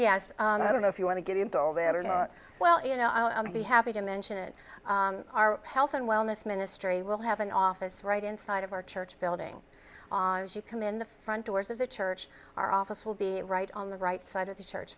yes i don't know if you want to get into all that or not well you know i'll be happy to mention it our health and wellness ministry will have an office right inside of our church building you come in the front doors of the church our office will be right on the right side of the church